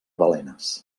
balenes